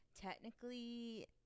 technically